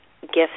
gift